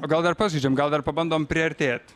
o gal dar pažaidžiam gal dar pabandom priartėt